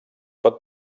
pot